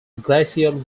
glacial